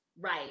right